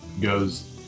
goes